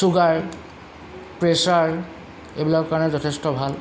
sugar pressure এইবিলাকৰ কাৰণে যথেষ্ট ভাল